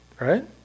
right